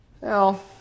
Well